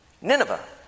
Nineveh